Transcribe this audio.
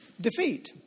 defeat